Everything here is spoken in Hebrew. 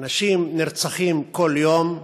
אנשים נרצחים כל יום,